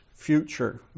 future